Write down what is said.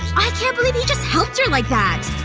i can't believe he just helped her like that